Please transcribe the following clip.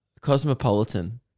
Cosmopolitan